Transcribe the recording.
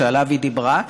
שעליו היא דיברה,